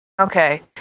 Okay